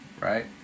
right